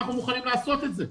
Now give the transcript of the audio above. אנחנו מוכנים לעשות את זה,